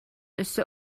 өссө